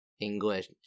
English